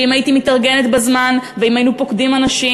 שאם הייתי מתארגנת בזמן ואם היינו פוקדים אנשים